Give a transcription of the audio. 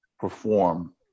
perform